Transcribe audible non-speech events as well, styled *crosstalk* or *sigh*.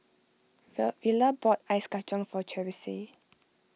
*unintelligible* Vela bought Ice Kachang for Charisse